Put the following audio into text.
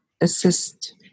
assist